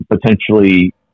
potentially